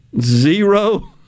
zero